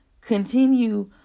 continue